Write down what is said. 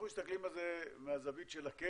אנחנו מסתכלים על זה מהזווית של הקרן,